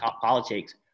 politics